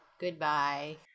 Goodbye